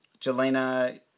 Jelena